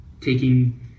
taking